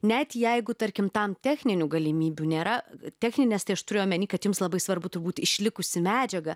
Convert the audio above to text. net jeigu tarkim tam techninių galimybių nėra techninės tai aš turiu omeny kad jums labai svarbu turbūt išlikusi medžiaga